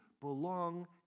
belong